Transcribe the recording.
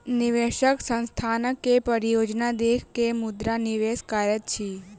निवेशक संस्थानक के परियोजना देख के मुद्रा निवेश करैत अछि